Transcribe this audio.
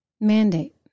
mandate